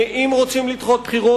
אם רוצים לדחות בחירות,